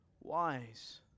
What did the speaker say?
wise